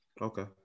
Okay